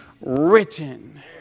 written